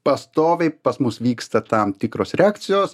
pastoviai pas mus vyksta tam tikros reakcijos